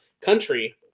country